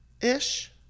ish